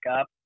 up